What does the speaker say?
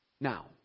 Now